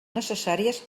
necessàries